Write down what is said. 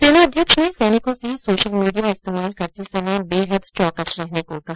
सेनाध्यक्ष ने सैनिकों से सोशल मीडिया इस्तेमाल करते समय बेहद चौकस रहने को कहा